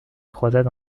croisade